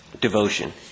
devotion